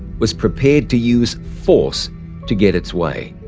was prepared to use force to get its way.